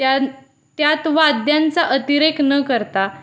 त्या त्यात वाद्यांचा अतिरेक न करता